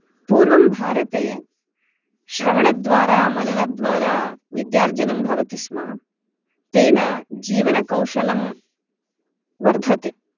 पूर्वं भारते श्रवणद्वारा मननद्वारा विद्यार्जनं भवति स्म तेन जीवनकौशलं वर्धते